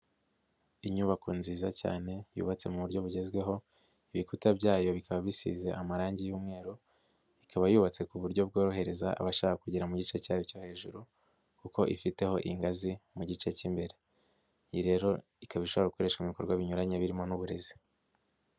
Inyubako nziza cyane yubatse mu buryo bugezweho, ibikuta byayo bikaba bisize amarangi y'umweru, ikaba yubatse ku buryo bworohereza abashaka kugera mu gice cyayo cyo hejuru kuko ifiteho ingazi mu gice k'imbere, iyi rero ikaba ishobora gukoreshwa mu bikorwa binyuranye birimo n'uburezi.